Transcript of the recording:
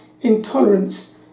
intolerance